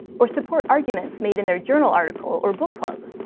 or support arguments made in their journal article or book club.